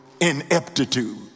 ineptitude